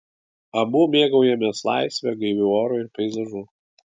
abu mėgaujamės laisve gaiviu oru ir peizažu